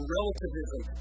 Relativism